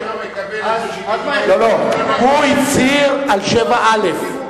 מדינת ישראל היא מדינה יהודית,